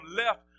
left